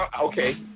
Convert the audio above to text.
Okay